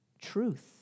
truth